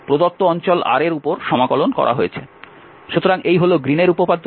সুতরাং এই হল গ্রীনের উপপাদ্য